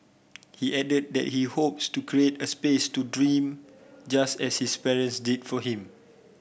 he added that he hopes to create a space to dream just as his parents did for him